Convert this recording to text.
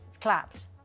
clapped